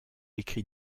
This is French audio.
écrit